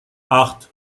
acht